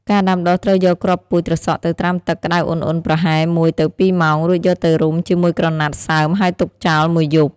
ការដាំដុះត្រូវយកគ្រាប់ពូជត្រសក់ទៅត្រាំទឹកក្តៅឧណ្ហៗប្រហែល ១ ទៅ ២ ម៉ោង រួចយកទៅរុំជាមួយក្រណាត់សើមហើយទុកចោល ១ យប់។